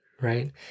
right